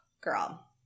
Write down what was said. girl